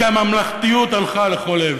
כי הממלכתיות הלכה לכל עבר